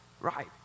right